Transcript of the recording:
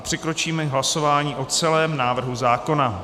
Přikročíme k hlasování o celém návrhu zákona.